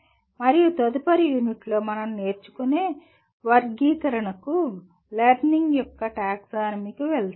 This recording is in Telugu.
మరియు తదుపరి యూనిట్ లో మనం "నేర్చుకునే వర్గీకరణకు" లెర్నింగ్ యొక్క టాక్సానమీ వెళ్తాము